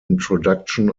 introduction